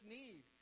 need